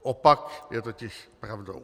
Opak je totiž pravdou.